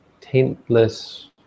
taintless